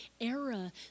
era